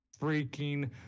freaking